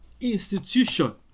institution